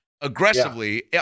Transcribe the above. aggressively